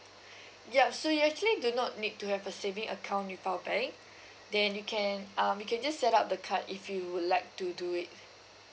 ya so you actually do not need to have a saving account with our bank then you can um you can just set up the card if you would like to do it